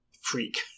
freak